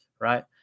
right